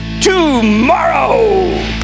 tomorrow